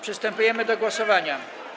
Przystępujemy do głosowania.